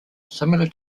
similar